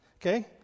Okay